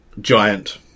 giant